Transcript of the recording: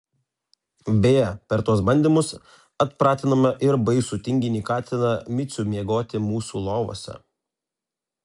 beje per tuos bandymus atpratinome ir baisų tinginį katiną micių miegoti mūsų lovose